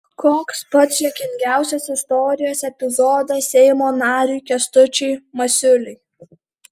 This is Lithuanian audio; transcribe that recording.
koks pats juokingiausias istorijos epizodas seimo nariui kęstučiui masiuliui